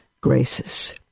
graces